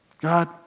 God